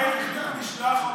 אתה משיב בשם